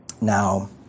Now